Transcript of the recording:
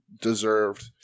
deserved